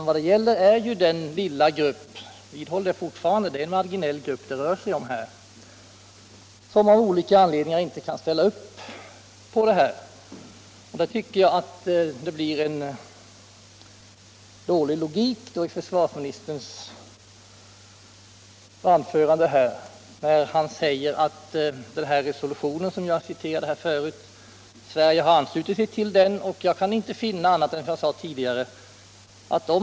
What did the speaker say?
Vad det gäller är den lilla marginella grupp som av olika anledningar inte kan ställa upp på det här. Jag tycker att det är dålig logik i försvarsministerns anförande. Han säger att Sverige har anslutit sig till den resolution som jag förut citerade.